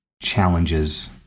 challenges